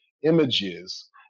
images